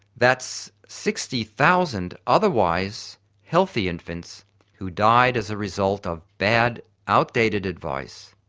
that's sixty thousand otherwise healthy infants who died as a result of bad outdated advice.